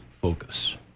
Focus